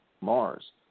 Mars